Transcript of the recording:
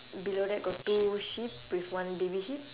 below that got two sheep with one baby sheep